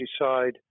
decide